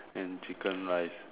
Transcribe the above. and chicken rice